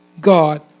God